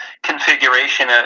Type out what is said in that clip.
Configuration